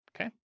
Okay